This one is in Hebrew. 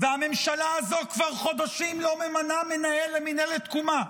והממשלה הזאת כבר חודשים לא ממנה מנהל למינהלת תקומה.